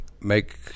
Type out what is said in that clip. make